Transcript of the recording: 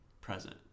present